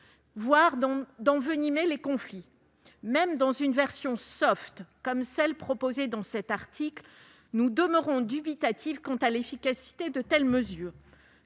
voire d'envenimer les conflits. Même dans une version « soft », comme celle qui est proposée dans cet article, nous demeurons dubitatifs quant à l'efficacité de telles mesures.